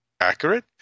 accurate